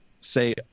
say